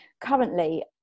currently